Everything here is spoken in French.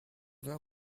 vin